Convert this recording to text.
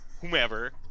whomever